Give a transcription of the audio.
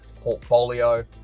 portfolio